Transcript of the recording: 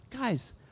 Guys